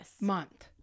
month